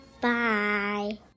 Bye